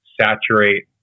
saturate